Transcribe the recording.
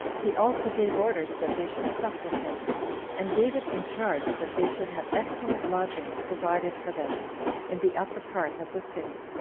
he also gave orders that they should sup with him and gave it in charge that they should have excellent lodgings provided for them in the upper part of the city.